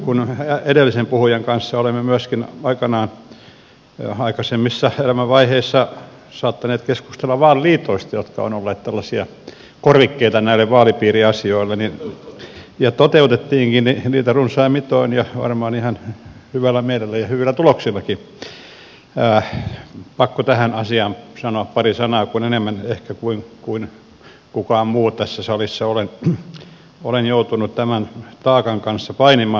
kun edellisen puhujan kanssa olemme myöskin aikanaan aikaisemmissa elämänvaiheissa saattaneet keskustella vaaliliitoista jotka ovat olleet tällaisia korvikkeita näille vaalipiiriasioille niin ja toteuttaneetkin niitä runsain mitoin ja varmaan ihan hyvällä mielellä ja hyvillä tuloksillakin on pakko tähän asiaan sanoa pari sanaa kun enemmän ehkä kuin kukaan muu tässä salissa olen joutunut tämän taakan kanssa painimaan